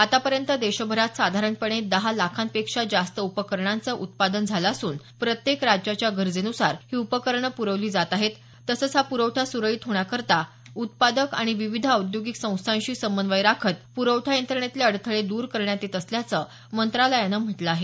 आतापर्यंत देशभरात साधारणपणे दहा लाखांपेक्षा जास्त उपकरणांचं उत्पादन झालं असून प्रत्येक राज्याच्या गरजेनुसार ही उपकरणं पुरवली जात आहेत तसंच हा पुरवठा सुरळीत होण्याकरता उत्पादक आणि विविध औद्योगिक संस्थांशी समन्वय राखत पुरवठा यंत्रणेतले अडथळे द्र करण्यात येत असल्याचं मंत्रालयानं म्हटलं आहे